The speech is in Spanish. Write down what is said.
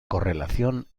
correlación